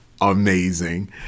amazing